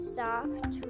soft